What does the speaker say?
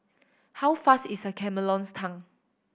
how fast is a chameleon's tongue